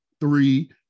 three